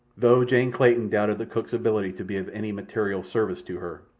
though jane clayton doubted the cook's ability to be of any material service to her,